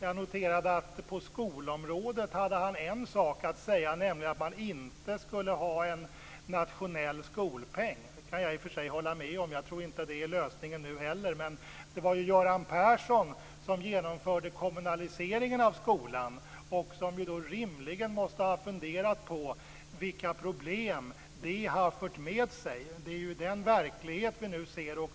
Jag noterade att han på skolområdet hade en sak att säga, nämligen att man inte skulle ha en nationell skolpeng. Det kan jag i och för sig hålla med om. Jag tror inte det är lösningen nu heller. Men det var ju Göran Persson som genomförde kommunaliseringen av skolan och som rimligen måste ha funderat på vilka problem det har fört med sig. Det är den verklighet vi nu ser.